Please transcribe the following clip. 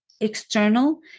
external